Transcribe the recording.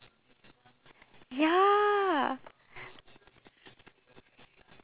ya